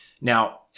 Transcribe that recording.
now